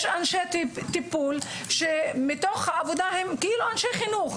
יש אנשי טיפול שמתוך העבודה הם כאילו אנשי חינוך,